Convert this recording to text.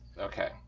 Okay